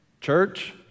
Church